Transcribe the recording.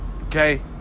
Okay